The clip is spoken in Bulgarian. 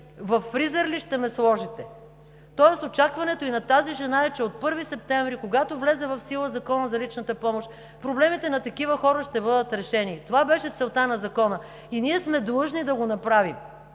Във фризер ли ще ме сложите?“ Очакването и на тази жена е, че от 1 септември, когато влезе в сила Законът за личната помощ, проблемите на такива хора ще бъдат решени. Това беше целта на Закона. И ние сме длъжни да го направим.